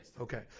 okay